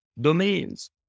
domains